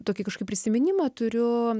tokį kažkokį prisiminimą turiu